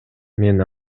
мен